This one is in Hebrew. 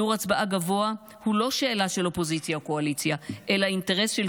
שיעור הצבעה גבוה הוא לא שאלה של אופוזיציה או קואליציה אלא אינטרס של